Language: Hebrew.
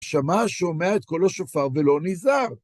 שמע שומע את קול השופר ולא ניזהר.